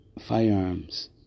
firearms